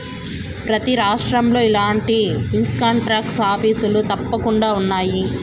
ప్రతి రాష్ట్రంలో ఇలాంటి ఇన్కంటాక్స్ ఆఫీసులు తప్పకుండా ఉన్నాయి